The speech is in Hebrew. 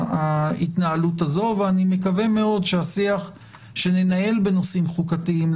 אני מקווה שהשיח שננהל בנושאים חוקתיים,